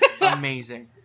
amazing